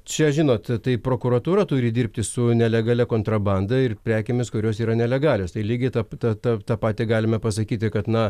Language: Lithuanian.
čia žinot tai prokuratūra turi dirbti su nelegalia kontrabanda ir prekėmis kurios yra nelegalios tai lygiai ta ta tą patį galime pasakyti kad na